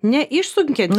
ne išsunkiant